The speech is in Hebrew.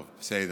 טוב, בסדר.